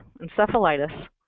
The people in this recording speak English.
encephalitis